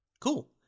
cool